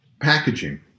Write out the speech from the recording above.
packaging